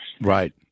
Right